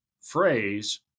phrase